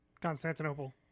Constantinople